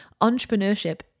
entrepreneurship